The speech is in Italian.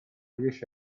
riesce